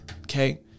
okay